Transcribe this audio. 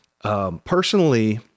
Personally